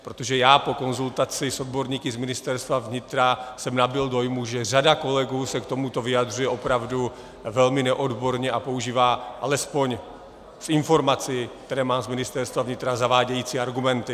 Protože já po konzultaci s odborníky z Ministerstva vnitra jsem nabyl dojmu, že řada kolegů se k tomuto vyjadřuje opravdu velmi neodborně a používá, alespoň z informací, které mám z Ministerstva vnitra, zavádějící argumenty.